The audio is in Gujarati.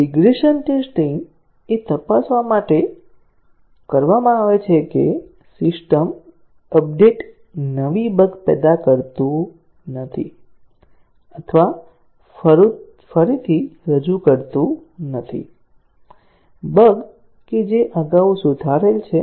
રીગ્રેસન ટેસ્ટીંગ એ તપાસવા માટે કરવામાં આવે છે કે સિસ્ટમ અપડેટ નવી બગ પેદા કરતું નથી અથવા ફરીથી રજૂ કરતું નથી બગ કે જે અગાઉ સુધારેલ છે